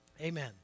Amen